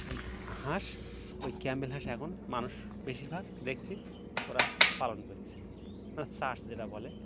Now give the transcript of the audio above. ওই হাঁস ওই ক্যাম্পবেল হাঁস এখন মানুষ বেশিরভাগ দেখছি ওরা পালন করছে মানে চাষ যেটা বলে